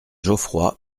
geoffroy